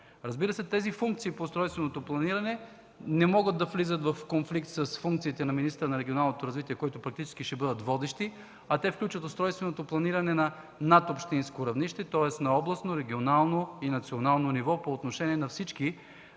Разбира се, тези функции по устройственото планиране не могат да влизат в конфликт с функциите на министъра на регионалното развитие, които практически ще бъдат водещи, а те включват устройственото планиране на над общинско равнище, тоест на областно, регионално и национално ниво по отношение на всички